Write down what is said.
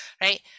right